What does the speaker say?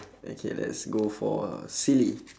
okay let's go for uh silly